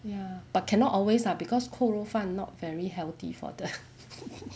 ya but cannot always lah because 扣肉饭 not very healthy for the